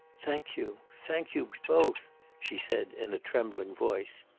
thank you! thank you both! she said in a trembling voice.